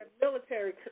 military